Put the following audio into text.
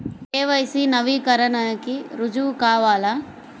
KYC నవీకరణకి రుజువు కావాలా?